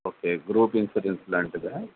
okay group insurance లాంటిదా